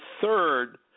third